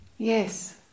yes